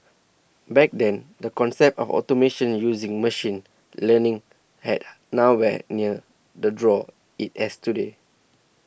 back then the concept of automation using machine learning had nowhere near the draw it has today